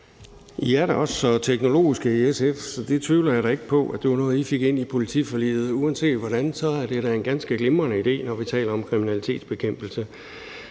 I er da også så teknologiske i SF, så det tvivler jeg da ikke på var noget, I fik ind i politiforliget. Uanset hvordan er det da en ganske glimrende idé, når vi taler om kriminalitetsbekæmpelse,